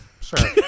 Sure